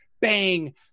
bang